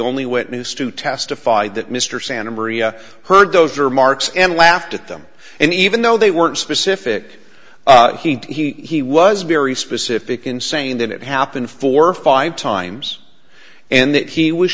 only witness to testify that mr santa maria heard those are marks and laughed at them and even though they weren't specific he was very specific in saying that it happened four or five times and that he was